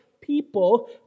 people